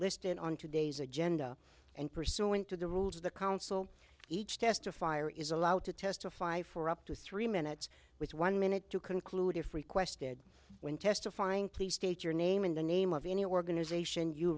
listed on today's agenda and pursuant to the rules of the counsel each testifier is allowed to testify for up to three minutes with one minute to conclude if requested when testifying please state your name and the name of any organization you